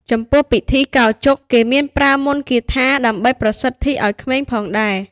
ចំពោះ ពិធីកោរជុក គេមានប្រើមន្តគាថា ដើម្បីប្រសិទ្ធីឲ្យក្មេងផងដែរ។